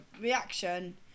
reaction